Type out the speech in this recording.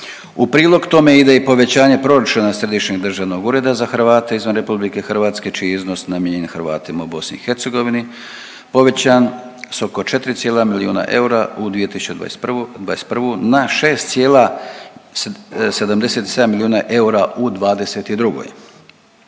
U prilog tome ide i povećanje proračuna Središnjeg državnog ureda za Hrvate izvan RH, čiji iznos namijenjen Hrvatima u BIH povećan s oko 4 cijela milijuna eura u 2021. na 6,77 milijuna eura u '22.